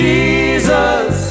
Jesus